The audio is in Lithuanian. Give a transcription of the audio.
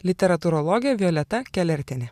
literatūrologė violeta kelertienė